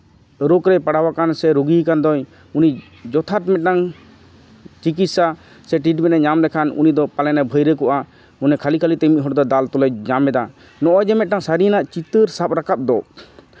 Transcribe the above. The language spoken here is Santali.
ᱨᱳᱜᱽ ᱨᱮᱭ ᱯᱟᱲᱟᱣ ᱟᱠᱟᱱ ᱥᱮ ᱨᱩᱜᱤ ᱟᱠᱟᱱ ᱫᱚᱭ ᱩᱱᱤ ᱡᱚᱛᱷᱟᱛ ᱢᱤᱫᱴᱟᱱ ᱪᱤᱠᱤᱛᱥᱟ ᱥᱮ ᱴᱨᱤᱴᱢᱮᱱᱴ ᱮ ᱧᱟᱢ ᱞᱮᱠᱷᱟᱱ ᱩᱱᱤ ᱫᱚ ᱯᱟᱞᱮᱱᱮ ᱵᱷᱟᱹᱨᱭᱟᱹ ᱠᱚᱜᱼᱟ ᱢᱟᱱᱮ ᱠᱷᱟᱹᱞᱤ ᱠᱷᱟᱹᱞᱤ ᱛᱮ ᱢᱤᱫ ᱦᱚᱲᱫᱚ ᱫᱟᱞ ᱛᱚᱞᱮ ᱧᱟᱢ ᱮᱫᱟ ᱱᱚᱜᱼᱚᱭ ᱡᱮ ᱢᱤᱫᱴᱟᱱ ᱥᱟᱹᱨᱤᱭᱟᱱᱟᱜ ᱪᱤᱛᱟᱹᱨ ᱥᱟᱵ ᱨᱟᱠᱟᱵ ᱫᱚ